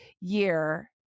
year